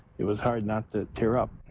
it was hard not to tear up.